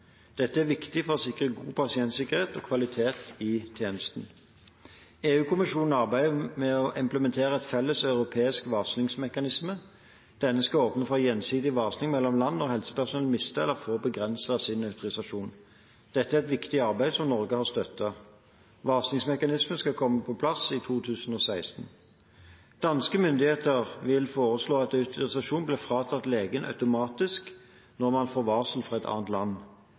Dette er viktig for å sikre god pasientsikkerhet og kvalitet i tjenestene. EU-kommisjonen arbeider med å implementere en felles europeisk varslingsmekanisme. Denne skal åpne for gjensidig varsling mellom land når helsepersonell mister eller får begrenset sin autorisasjon. Dette er et viktig arbeid som Norge har støttet. Varslingsmekanismen skal komme på plass i 2016. Danske myndigheter vil foreslå at autorisasjonen blir fratatt legen automatisk når man får varsel fra et annet land.